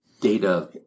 data